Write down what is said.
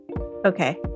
Okay